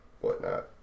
whatnot